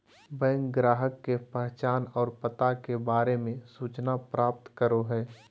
bank ग्राहक के पहचान और पता के बारे में सूचना प्राप्त करो हइ